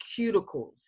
cuticles